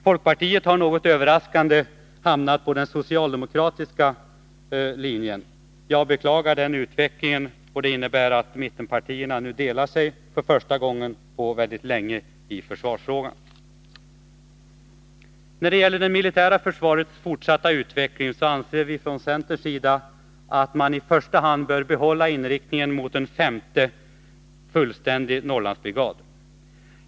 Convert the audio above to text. Folkpartiet har något överraskande hamnat på den socialdemokratiska linjen. Jag beklagar den utvecklingen, som innebär att mittenpartierna nu för första gången på mycket länge delar sig i försvarsfrågan. När det gäller det militära försvarets fortsatta utveckling anser vi från centerns sida att man i första hand bör behålla inriktningen mot en femte fullständig Norrlandsbrigad.